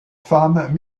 femme